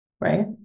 right